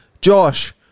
josh